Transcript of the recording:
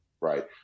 right